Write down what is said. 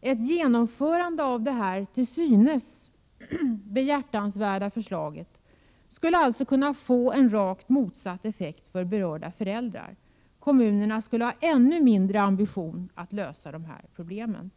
Ett genomförande av det till synes behjärtansvärda förslaget skulle alltså kunna få en rakt motsatt effekt för berörda föräldrar. Kommunerna skulle få ännu mindre ambition att lösa problemen.